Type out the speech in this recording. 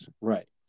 Right